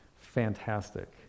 fantastic